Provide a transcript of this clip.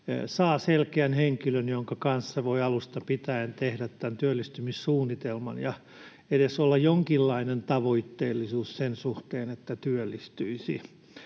saa selkeän henkilön, jonka kanssa voi alusta pitäen tehdä tämän työllistymissuunnitelman, jotta voi olla edes jonkinlainen tavoitteellisuus sen suhteen, että työllistyisi.